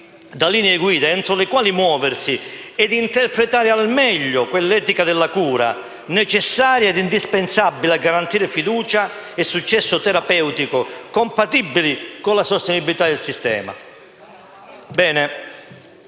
da linee guida entro le quali muoversi ed interpretare al meglio quell'etica della cura necessaria e indispensabile a garantire fiducia e successo terapeutico compatibili con la sostenibilità del sistema?